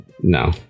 No